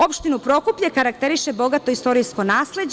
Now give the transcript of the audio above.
Opštinu Prokuplje karakteriše bogato istorijsko nasleđe.